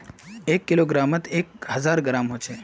एक किलोग्रमोत एक हजार ग्राम होचे